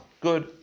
Good